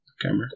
camera